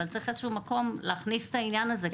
אבל צריך באיזה שהוא מקום להכניס את העניין הזה,